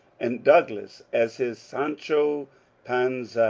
and douglas as his sancho panza,